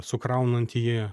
sukraunant jį